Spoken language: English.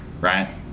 right